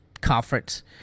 conference